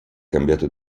cambiato